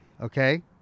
Okay